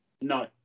No